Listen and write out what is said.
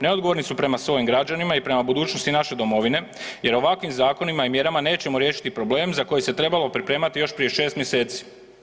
Neodgovorni su prema svojim građanima i prema budućnosti naše domovine jer ovakvim zakonima i mjerama nećemo riješiti problem za koji se trebalo pripremati još prije 6 mjeseci.